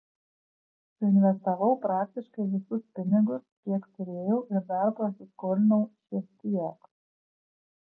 suinvestavau praktiškai visus pinigus kiek turėjau ir dar prasiskolinau šiek tiek